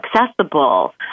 accessible